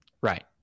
Right